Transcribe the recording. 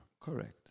Correct